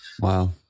Wow